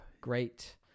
Great